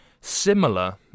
similar